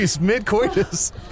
mid-coitus